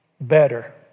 better